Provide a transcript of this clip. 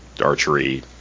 archery